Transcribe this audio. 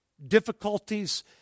difficulties